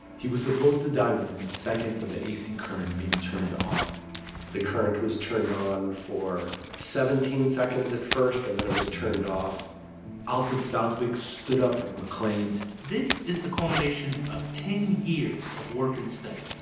he was supposed to die within seconds of the ac current being turned on the current was turned on for seventeen seconds at first, and then it was turned off alfred southwick stood up and proclaimed. this is the culmination of ten years of work and study.